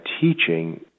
teaching